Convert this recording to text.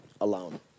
alone